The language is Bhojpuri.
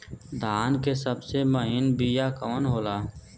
धान के सबसे महीन बिज कवन होला?